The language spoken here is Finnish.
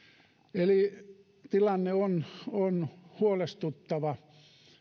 eli tilanne on on huolestuttava